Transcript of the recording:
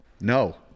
no